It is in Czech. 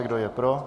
Kdo je pro?